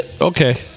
okay